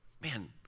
man